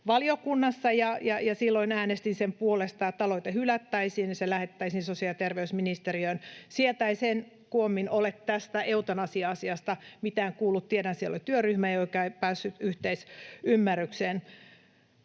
terveysvaliokunnassa, ja silloin äänestin sen puolesta, että aloite hylättäisiin ja se lähetettäisiin sosiaali- ja terveysministeriöön. Sieltä ei sen koommin ole tästä eutanasia-asiasta mitään kuultu. Tiedän, että siellä oli työryhmä, joka ei päässyt yhteisymmärrykseen.